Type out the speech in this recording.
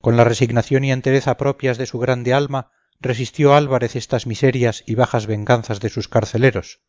con la resignación y entereza propias de su grande alma resistió álvarez estas miserias y bajas venganzas de sus carceleros